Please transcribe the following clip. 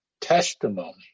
testimony